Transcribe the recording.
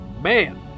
Man